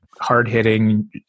hard-hitting